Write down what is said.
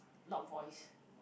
loud voice